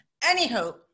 Anywho